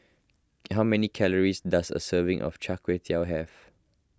how many calories does a serving of Chai Kuay Tow have